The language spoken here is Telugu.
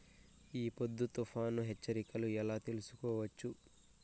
ఈ పొద్దు తుఫాను హెచ్చరికలు ఎలా తెలుసుకోవచ్చు?